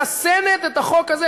שמחסנת את החוק הזה,